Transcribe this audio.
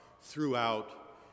throughout